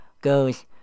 goes